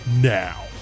now